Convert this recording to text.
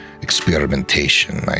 experimentation